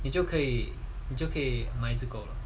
你就可以你就可以买一只狗了